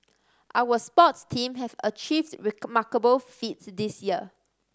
our sports teams have achieved remarkable feats this year